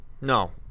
No